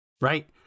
Right